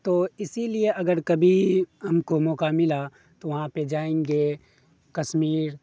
تو اسی لیے اگر کبھی ہم کو موقع ملا تو وہاں پہ جائیں گے کشیر